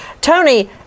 Tony